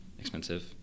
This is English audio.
expensive